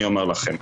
אני אומר לכם,